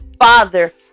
father